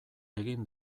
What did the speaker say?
egin